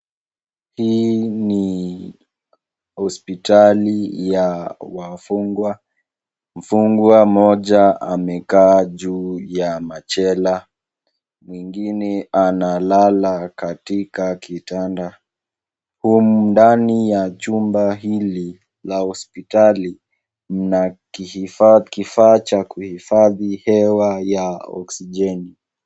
Hii ni hospitali ya wafungwa. Mfungwa mmoja amekaa juu ya machela, mwingine analala katika kitanda. Humu ndani ya chumba hili la hospitali mna kifaa cha kuhifadhi hewa ya oksijeni.